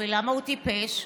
'ולמה הוא טיפש?'